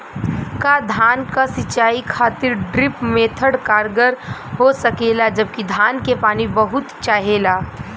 का धान क सिंचाई खातिर ड्रिप मेथड कारगर हो सकेला जबकि धान के पानी बहुत चाहेला?